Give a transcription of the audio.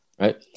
right